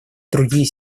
другие